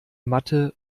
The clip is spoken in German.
matte